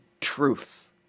truth